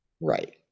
right